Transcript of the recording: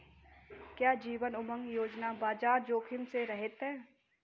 क्या जीवन उमंग योजना बाजार जोखिम से रहित है?